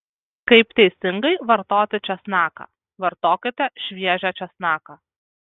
kaip teisingai vartoti česnaką vartokite šviežią česnaką